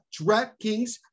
DraftKings